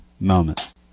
moment